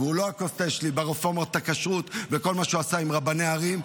והוא לא כוס התה שלי ברפורמות הכשרות וכל מה שהוא עשה עם רבני הערים,